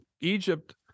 Egypt